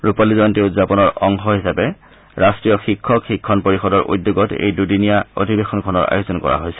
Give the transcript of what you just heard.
ৰূপালী জয়ন্তী উদযাপনৰ অংশ হিচাপে ৰাষ্টীয় শিক্ষক শিক্ষণ পৰিষদৰ উদ্যোগত এই দুদিনীয়া অধিৱেশনখনৰ আয়োজন কৰা হৈছে